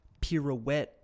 pirouette